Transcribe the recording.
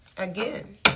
again